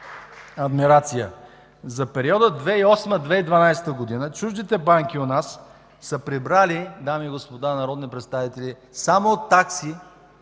„Атака”.) „За периода 2008 – 2012 г. чуждите банки у нас са прибрали, дами и господа народни представители, само от такси